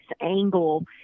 angle